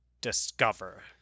discover